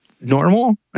normal